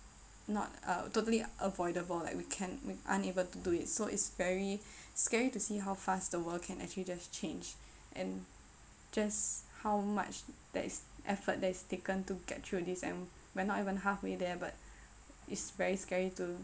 not uh totally avoidable like we can unable to do it so its very scary to see how fast the world can actually just change and just how much that is effort that is taken to get through this and we are not even halfway there but its very scary to